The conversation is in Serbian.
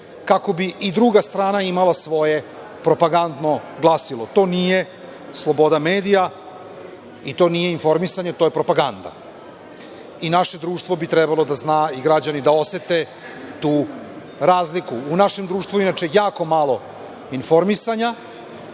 kako bi i druga strana imala svoje propagandno glasilo. To nije sloboda medija i to nije informisanje, to je propaganda. I naše društvo bi trebalo da zna i građani da osete tu razliku.U našem društvu, inače jako malo informisanja,